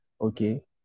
Okay